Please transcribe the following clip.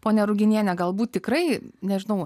ponia ruginiene galbūt tikrai nežinome